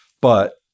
But-